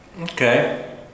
Okay